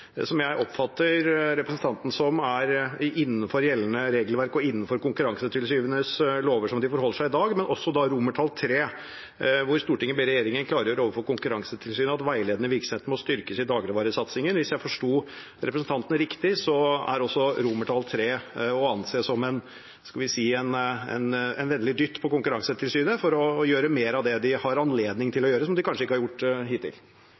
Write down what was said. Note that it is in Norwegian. innenfor gjeldende regelverk, og innenfor lover som Konkurransetilsynet forholder seg til i dag, men også III, hvor Stortinget ber regjeringen klargjøre overfor Konkurransetilsynet at veiledende virksomhet må styrkes i dagligvaresatsingen. Hvis jeg forsto representanten riktig, er også III å anse som, skal vi si, en vennlig dytt på Konkurransetilsynet for å gjøre mer av det de har anledning til å gjøre som de kanskje ikke har gjort hittil.